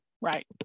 Right